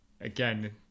again